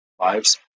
Lives